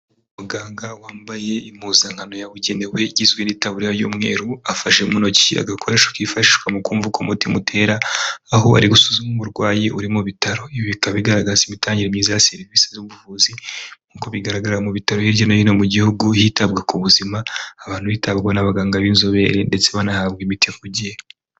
Muganga wambaye impuzankano yabugenewe igizwe n'itaburariya y'umweru afashe mu intoki agakoresho kifashishwa mu kumva uko umutima utera aho ari gusuzuma umurwayi uri mu bitaro ibi bikaba bigaragaza imitangire myiza ya serivisi z'ubuvuzi nkuko bigaragara mu bitaro hirya no hino mu gihugu hitabwa k’ubuzima abantu bitabwaho n'abaganga b'inzobere ndetse banahabwa imiti ivugiye.